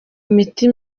imiti